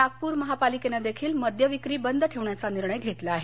नागपूर महापालिकेनं देखील मद्य विक्री बंद ठेवण्याचा निर्णय घेतला आहे